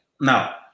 Now